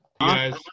guys